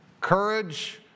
Courage